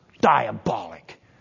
diabolic